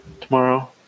tomorrow